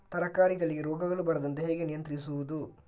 ತರಕಾರಿಗಳಿಗೆ ರೋಗಗಳು ಬರದಂತೆ ಹೇಗೆ ನಿಯಂತ್ರಿಸುವುದು?